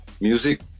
music